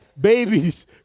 babies